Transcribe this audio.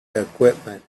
equipment